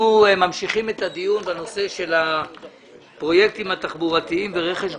אנחנו ממשיכים את הדיון בנושא של הפרויקטים התחבורתיים ורכש גומלין.